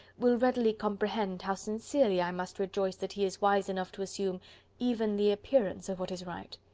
will readily comprehend how sincerely i must rejoice that he is wise enough to assume even the appearance of what is right.